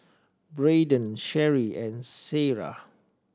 Braydon Sheri and Sierra